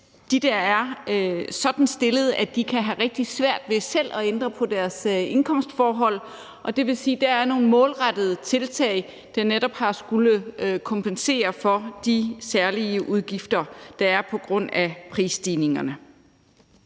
dem, der er sådan stillet, at de kan have rigtig svært ved selv at ændre på deres indkomstforhold. Det vil sige, at der er nogle målrettede tiltag, der netop har skullet kompensere for de særlige udgifter, der er på grund af prisstigningerne.